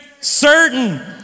certain